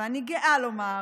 אני גאה לומר,